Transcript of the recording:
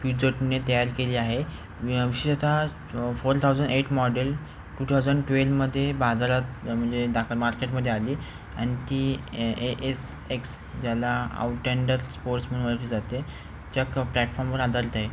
पीजॉटने तयार केली आहे विशेषत four thousand eight model two thousand ट्वेल्वमध्ये बाजारात म्हणजे दाखल मार्केटमध्ये आली आणि ती ए एस एक्स ज्याला आऊटँडर स्पोर्ट्स म्हणून ओळखली जाते त्या प्लॅटफॉर्मवर आधारीत आहे